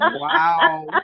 Wow